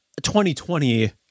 2020